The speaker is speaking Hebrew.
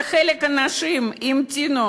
וחלק מהאנשים המתינו,